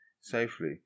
safely